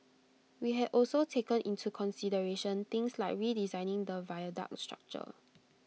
we had also taken into consideration things like redesigning the viaduct structure